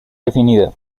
defendida